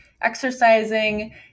exercising